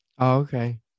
Okay